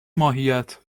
ماهیت